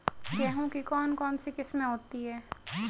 गेहूँ की कौन कौनसी किस्में होती है?